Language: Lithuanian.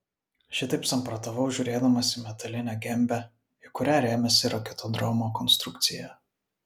šitaip samprotavau žiūrėdamas į metalinę gembę į kurią rėmėsi raketodromo konstrukcija